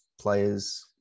players